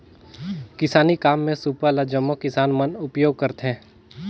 किसानी काम मे सूपा ल जम्मो किसान मन उपियोग करथे